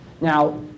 now